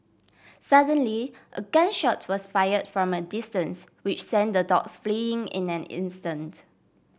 suddenly a gun shot was fire from a distance which sent the dogs fleeing in an instant